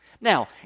Now